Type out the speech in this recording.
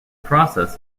process